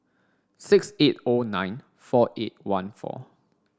six eight O nine four eight one four